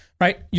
right